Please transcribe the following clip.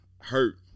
hurt